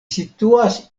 situas